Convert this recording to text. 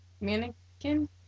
mannequin